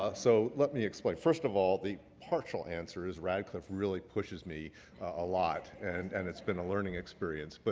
ah so let me explain. first of all, the partial answer is radcliffe really pushes me a lot and and it's been a learning experience. but